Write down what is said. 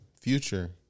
Future